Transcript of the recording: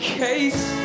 case